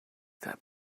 that